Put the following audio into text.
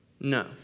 No